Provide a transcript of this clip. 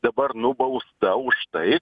dabar nubausta už tai